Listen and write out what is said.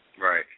Right